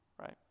right